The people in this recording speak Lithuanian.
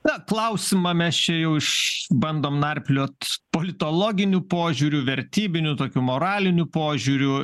na klausimą mes čia jau iš bandom narpliot politologiniu požiūriu vertybiniu tokiu moraliniu požiūriu